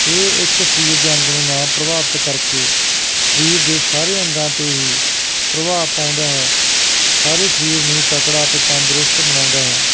ਇਹ ਇੱਕ ਸਰੀਰ ਦੇ ਅੰਗ ਨੂੰ ਨਾ ਪ੍ਰਭਾਵਿਤ ਕਰਕੇ ਸਰੀਰ ਦੇ ਸਾਰੇ ਅੰਗਾਂ ਤੇ ਹੀ ਪ੍ਰਭਾਵ ਪਾਉਂਦਾ ਹੈ ਸਾਰੇ ਸਰੀਰ ਨੂੰ ਹੀ ਤਕੜਾ ਅਤੇ ਤੰਦਰੁਸਤ ਬਣਾਉਂਦਾ ਹੈ